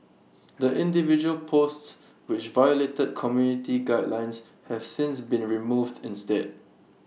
the individual posts which violated community guidelines have since been removed instead